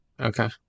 Okay